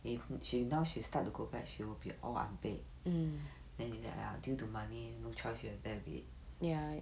if she now she start to go back she will be all unpaid then she say !aiya! due to money no choice you have to bear with it